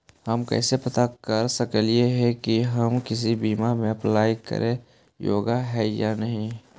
हम कैसे पता कर सकली हे की हम किसी बीमा में अप्लाई करे योग्य है या नही?